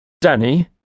Danny